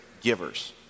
givers